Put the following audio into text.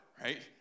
right